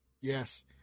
yes